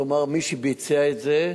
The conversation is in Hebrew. כלומר, מי שביצע את זה,